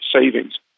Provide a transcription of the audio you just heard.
savings